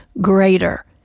greater